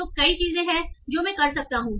तो कई चीजें हैं जो मैं कर सकता हूं